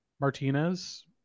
Martinez